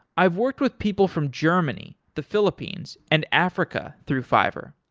i've worked with people from germany, the philippines and africa through fiverr.